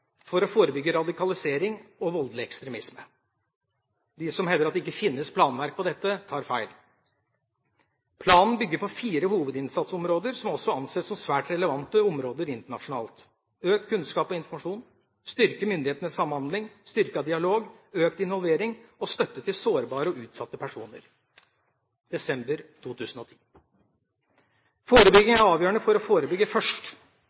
for å forebygge radikalisering og voldelig ekstremisme. De som hevder at det ikke fins planverk på dette, tar feil. Planen bygger på fire hovedinnsatsområder som også anses som svært relevante områder internasjonalt: økt kunnskap og informasjon, styrke myndighetenes samhandling, styrket dialog og økt involvering og støtte til sårbare og utsatte personer. Dette var altså i desember 2010. Forebygging er avgjørende for å forebygge først,